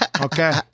Okay